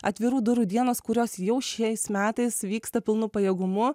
atvirų durų dienos kurios jau šiais metais vyksta pilnu pajėgumu